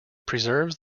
preserves